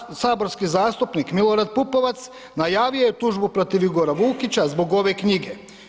Hrvatski saborski zastupnik Milorad Pupovac najavio je tužbu protiv Igora Vukića zbog ove knjige.